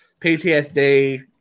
PTSD